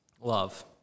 love